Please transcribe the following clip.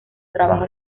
trabajos